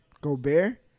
Gobert